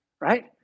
right